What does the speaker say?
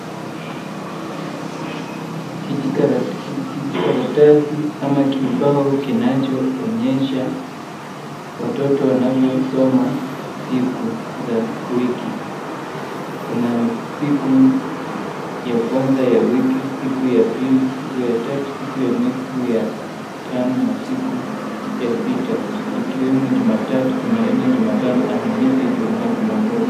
Kijikaratasi ama kibao kinaoonyesha watoto wanavyosoma siku za wiki. Kuna siku ya kwanza ya wiki, siku ya pili, siku ya tatu, siku ya nne, siku ya tano na siku ya sita ikiwemo Jumatatu, Jumanne, Jumatano, Alhamisi, Ijumaa, Jumamosi.